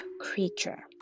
creature